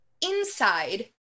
inside